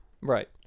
Right